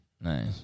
Nice